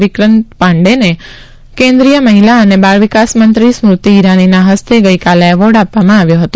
વિક્રાંત પાંડેને કેન્દ્રીય મહિલા અને બાળ વિકાસમંત્રી સ્મૃતિ ઈરાનીના હસ્તે ગઈકાલે એવોર્ડ આપવામાં આવ્યો હતો